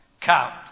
count